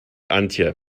antje